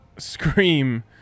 scream